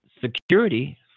security